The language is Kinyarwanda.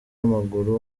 w’amaguru